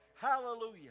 Hallelujah